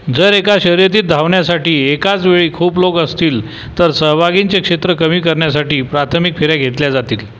जर एका शर्यतीत धावण्यासाठी एकाच वेळी खूप लोक असतील तर सहभागींचे क्षेत्र कमी करण्यासाठी प्राथमिक फेऱ्या घेतल्या जातील